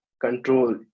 control